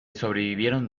sobrevivieron